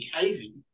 behaving